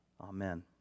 Amen